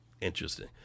Interesting